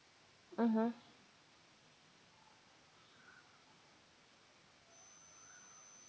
mmhmm